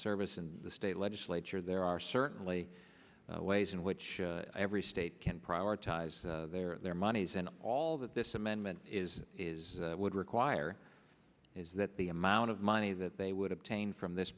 service in the state legislature there are certainly ways in which every state can prioritize their monies and all that this amendment is is would require is that the amount of money that they would obtain from this